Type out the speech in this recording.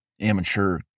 amateur